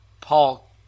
Paul